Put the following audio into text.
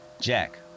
Jack